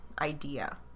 idea